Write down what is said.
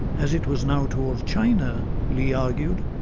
as it was now towards china, lee argued,